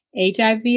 HIV